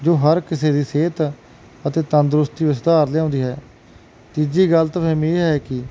ਜੋ ਹਰ ਕਿਸੇ ਦੀ ਸਿਹਤ ਅਤੇ ਤੰਦਰੁਸਤੀ ਵਿਚ ਸੁਧਾਰ ਲਿਆਉਂਦੀ ਹੈ ਤੀਜੀ ਗਲਤਫਹਿਮੀ ਇਹ ਹੈ ਕੀ